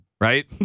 right